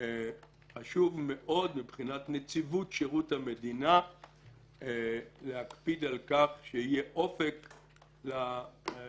חשוב מאוד מבחינת נציבות שירות המדינה להקפיד על כך שיהיה אופק לפקידות.